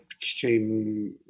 came